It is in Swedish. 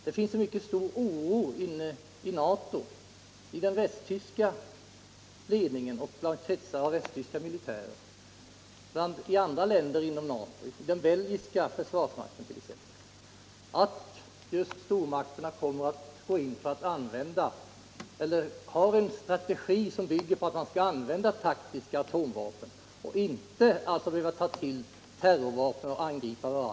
Det finns i den västtyska ledningen och bland vissa kretsar av västtyska militärer samt även i andra länder än Västtyskland som tillhör NATO, t.ex. inom den belgiska försvarsmakten, en mycket stor oro för att stormakternas strategi bygger på att man skall använda taktiska atomvapen för att slippa ta till terrorvapen.